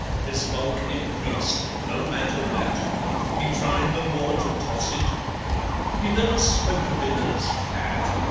his bulk increased no matter that he tried the more to toss it he never spoke of it as fat,